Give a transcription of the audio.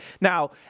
Now